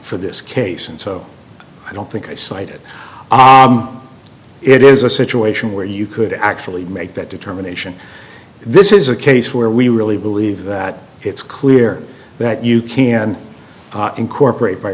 for this case and so i don't think i cited it is a situation where you could actually make that determination this is a case where we really believe that it's clear that you can incorporate by